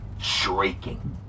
shrieking